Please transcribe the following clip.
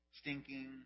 stinking